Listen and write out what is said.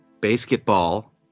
Basketball